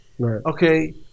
Okay